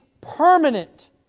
permanent